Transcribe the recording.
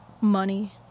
money